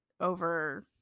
over